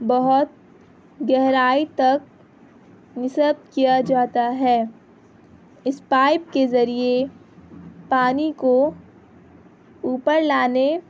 بہت گہرائی تک نصب کیا جاتا ہے اس پائپ کے ذریعے پانی کو اوپر لانے